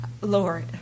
Lord